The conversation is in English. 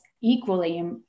equally